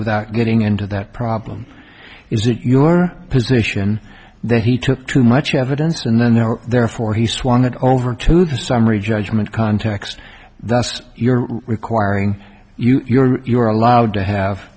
without getting into that problem is it your position that he took too much evidence and then there therefore he swung it over to the summary judgment context that's you're requiring you're allowed to have